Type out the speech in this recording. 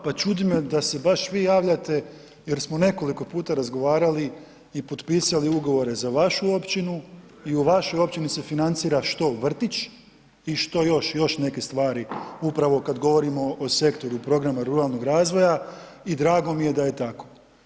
Hvala, pa čudi me da se da se baš vi javljate jer smo nekoliko puta razgovarali i potpisali ugovore za vašu općinu i u vašoj općini se financira, što, vrtić i što još, još neke stvari upravo kad govorimo o sektoru programa ruralnog razvoja i drago mi je da je tako.